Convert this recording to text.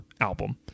album